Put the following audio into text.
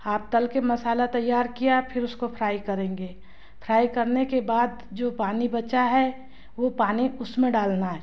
अब तल कर मसाला तैयार किया फिर उसको फ्राइ करेंगे फ्राइ करने के बाद जो पानी बचा है वह पानी उसमें डालना है